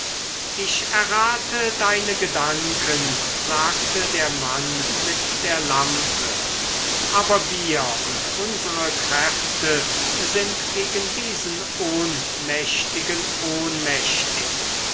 ich errate deine gedanken sagte der mann mit der lampe aber wir und unsere kräfte sind gegen diesen ohnmächtigen ohnmächtig